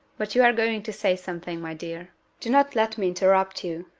but you are going to say something, my dear do not let me interrupt you.